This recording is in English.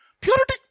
purity